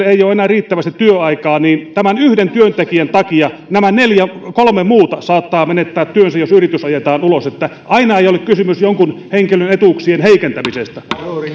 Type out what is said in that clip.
ei ole enää riittävästi työtä niin tämän yhden työntekijän takia nämä kolme muuta saattavat menettää työnsä jos yritys ajetaan ulos että aina ei ole kysymys jonkun henkilön etuuksien heikentämisestä